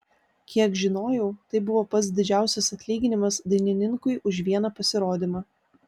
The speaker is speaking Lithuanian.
kiek žinojau tai buvo pats didžiausias atlyginimas dainininkui už vieną pasirodymą